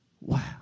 Wow